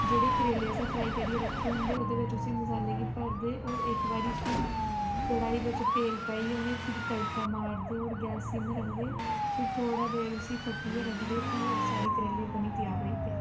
जेह्ड़े करेले असें फ्राई करियै रक्खे दे होंदे ओह्दे बिच्च उसी मसाले गी भरदे होर इक बारी फिर कड़ाई बिच्च तेल पाइयै उनेंई फिरी तड़का मारदे होर गैस सिम्म रखदे फिर थोह्ड़ा देर उसी खट्टियै रखदे फ्ही ओह् साढ़े करेले बनी त्यार होई जंदे